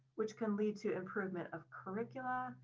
which can lead to improvement of curriculum,